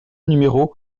numéro